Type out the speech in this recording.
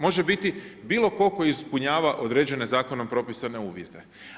Može biti bilo tko tko ispunjava određene zakonom propisane uvjete.